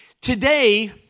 Today